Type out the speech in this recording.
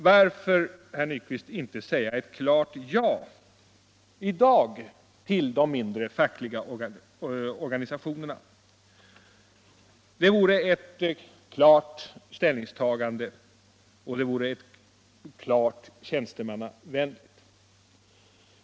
Varför, herr Nyquist, inte säga ett klart ja i dag till de små fackliga organisationerna? Det vore ett klart ställningstagande, och det vore klart tjänstemannavänligt.